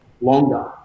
longer